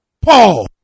Paul